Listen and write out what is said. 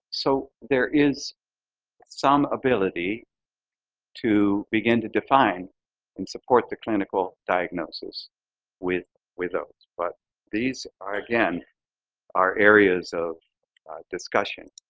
so there is some ability to begin to define and support the clinical diagnosis with with those. but these are again our areas of discussion